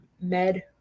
med